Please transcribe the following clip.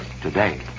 today